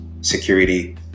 security